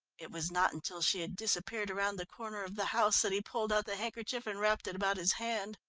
it was not until she had disappeared round the corner of the house that he pulled out the handkerchief and wrapped it about his hand.